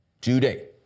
today